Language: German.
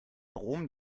brom